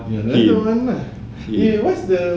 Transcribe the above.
eh what's the